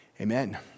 Amen